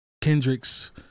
Kendricks